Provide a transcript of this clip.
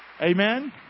Amen